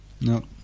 No